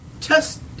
Test